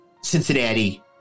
Cincinnati